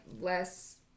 less